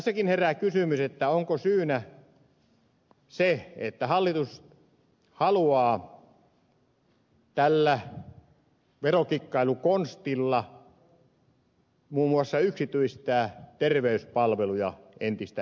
tässäkin herää kysymys onko syynä se että hallitus haluaa tällä verokikkailukonstilla muun muassa yksityistää terveyspalveluja entistä enemmän